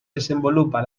desenvolupa